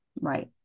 Right